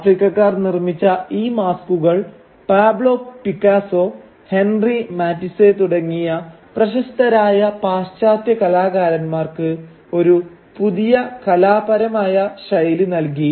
ആഫ്രിക്കക്കാർ നിർമ്മിച്ച ഈ മാസ്കുകൾ പാബ്ലോ പിക്കാസോ ഹെൻറി മാറ്റസെ തുടങ്ങിയ പ്രശസ്തരായ പാശ്ചാത്യ കലാകാരന്മാർക്ക് ഒരു പുതിയ കലാപരമായ ശൈലി നൽകി